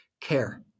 Care